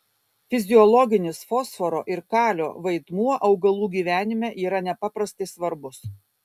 fiziologinis fosforo ir kalio vaidmuo augalų gyvenime yra nepaprastai svarbus